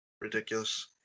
ridiculous